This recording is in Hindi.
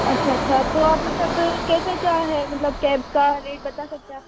अच्छा अच्छा तो आप मतलब कैसा क्या है मतलब कैब का रेट बता सकते क्या